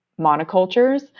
monocultures